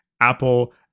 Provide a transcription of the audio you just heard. Apple